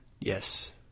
Yes